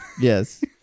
Yes